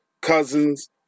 cousins